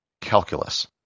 calculus